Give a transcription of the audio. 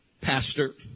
pastor